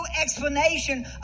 explanation